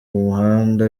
muhanda